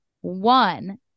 One